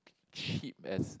cheap as